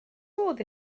modd